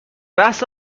بحث